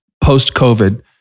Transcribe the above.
post-COVID